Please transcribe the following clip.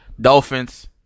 Dolphins